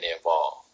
involved